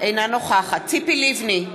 אינה נוכחת ציפי לבני,